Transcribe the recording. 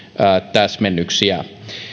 täsmennyksiä